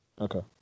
Okay